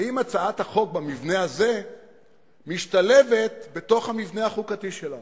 האם הצעת החוק במבנה הזה משתלבת בתוך המבנה החוקתי שלנו.